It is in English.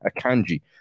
Akanji